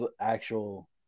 actual